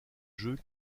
jeux